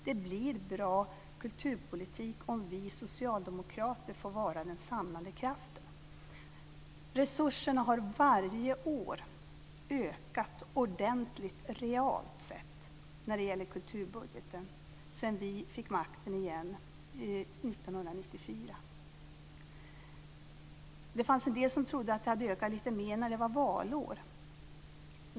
Det blir bra kulturpolitik om vi socialdemokrater får vara den samlande kraften. Resurserna har varje år ökat ordentligt realt sett inom kulturbudgeten sedan vi fick makten igen 1994. Det fanns en del som trodde att de hade ökat lite mer när det var valår.